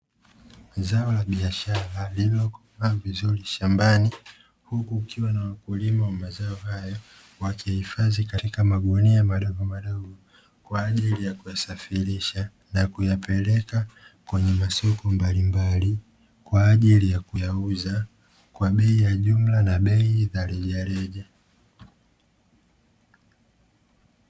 Zao la biashara lililokomaa vizuri shambani, huku kukiwa na wakulima wa mazao hayo, wakihifadhi katika maguni madogomadogo kwaa ajili ya kuyasafirisha na kuyapeleka kwenye masoko mbalimbali kwa ajili ya kuyauza kwa bei za jumla na bei za rejareja.